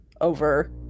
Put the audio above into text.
over